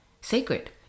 sacred